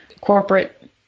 corporate